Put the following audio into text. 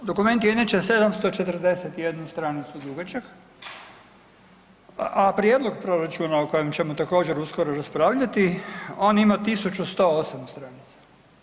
Dokument je inače 741 stranicu dugačak, a prijedlog proračuna o kojem ćemo također uskoro raspravljati on ima 1108 stranica.